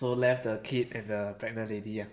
so left the kid and the pregnant lady ah